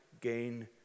gain